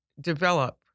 develop